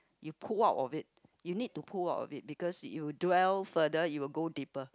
you pull out of it you need to pull out of it because you dwell further it will go deeper